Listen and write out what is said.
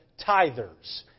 tithers